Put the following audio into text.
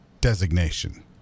designation